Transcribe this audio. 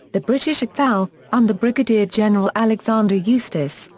the british at thal, under brigadier general alexander eustace,